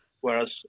whereas